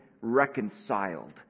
reconciled